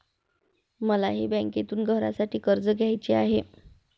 मलाही बँकेतून घरासाठी कर्ज घ्यायचे आहे